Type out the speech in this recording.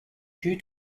due